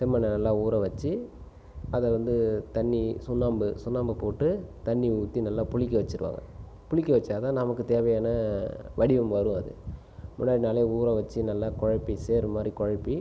செம்மண்ணை நல்லா ஊற வச்சு அதை வந்து தண்ணி சுண்ணாம்பு சுண்ணாம்பு போட்டு தண்ணி ஊற்றி நல்லா புளிக்க வச்சுவிடுவாங்க புளிக்க வைச்சா தான் நமக்கு தேவையான வடிவம் வரும் அது முன்னாடி நாளே ஊற வச்சு நல்லா குழப்பி சேறு மாதிரி குழப்பி